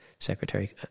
Secretary